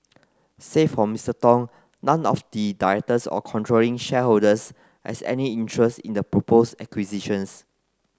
save for Mister Tong none of the directors or controlling shareholders has any interest in the propose acquisitions